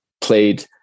played